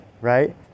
right